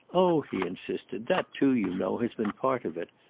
oh, he insisted, that too, you know, has been part of it.